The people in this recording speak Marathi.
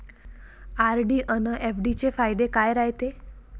आर.डी अन एफ.डी चे फायदे काय रायते?